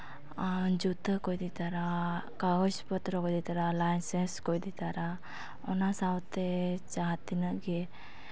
ᱡᱩᱛᱟᱹ ᱠᱚ ᱤᱫᱤ ᱛᱚᱨᱟ ᱠᱟᱜᱚᱡᱽ ᱯᱚᱛᱨᱚ ᱠᱚ ᱤᱫᱤ ᱛᱚᱨᱟ ᱞᱟᱭᱥᱮᱱᱥ ᱠᱚ ᱤᱫᱤ ᱛᱚᱨᱟ ᱚᱱᱟ ᱥᱟᱶᱛᱮ ᱡᱟᱦᱟᱸ ᱛᱤᱱᱟᱹᱜ ᱜᱮ